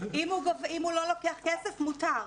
לא לוקח כסף, מותר.